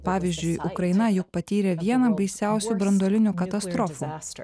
pavyzdžiui ukraina juk patyrė vieną baisiausių branduolinių katastrofų